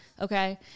Okay